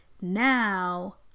Now